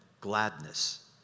gladness